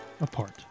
apart